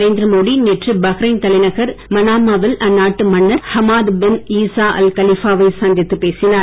நரேந்திரமோடி நேற்று பஹ்ரைன் தலைநகர் மனாமா வில் அந்நாட்டு மன்னர் Hamad bin Isa al Khalifa வை சந்தித்து பேசினார்